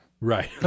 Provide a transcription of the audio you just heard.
Right